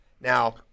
Now